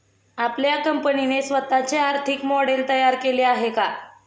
आपल्या कंपनीने स्वतःचे आर्थिक मॉडेल तयार केले आहे का?